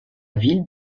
ville